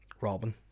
Robin